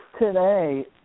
today